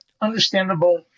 understandable